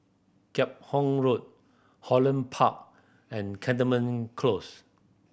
Kheam Hock Road Holland Park and Cantonment Close